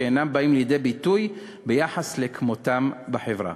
שאינם באים לידי ביטוי ביחס לכמותם בחברה.